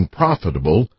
profitable